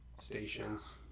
stations